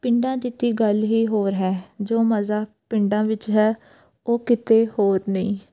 ਪਿੰਡਾਂ ਦੀ ਤਾਂ ਗੱਲ ਹੀ ਹੋਰ ਹੈ ਜੋ ਮਜ਼ਾ ਪਿੰਡਾਂ ਵਿੱਚ ਹੈ ਉਹ ਕਿਤੇ ਹੋਰ ਨਹੀਂ